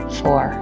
four